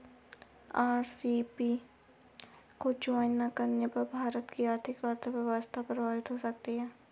RCEP को join ना करने पर भारत की आर्थिक व्यवस्था प्रभावित हो सकती है